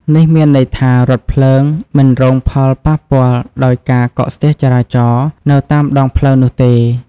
នេះមានន័យថា រថភ្លើង មិនរងផលប៉ះពាល់ដោយការកកស្ទះចរាចរណ៍ នៅតាមដងផ្លូវនោះទេ។